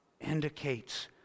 indicates